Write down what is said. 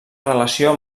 relació